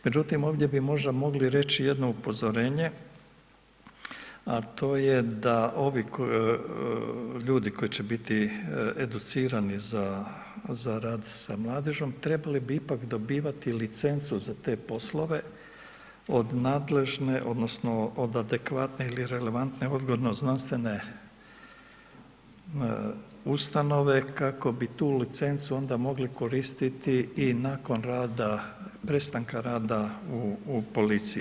Međutim, ovdje bi možda reći jedno upozorenje, a to je da ovi ljudi koji će biti educirani za, za rad s mladežom trebali bi ipak dobivati licencu za te poslove od nadležne odnosno od adekvatne ili relevantne odgojno-znanstvene ustanove kako bi tu licencu onda mogli koristiti i nakon rada, prestanaka rada u policiji.